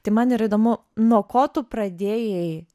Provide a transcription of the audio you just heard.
tai man yra įdomu nuo ko tu pradėjai